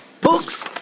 books